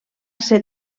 ser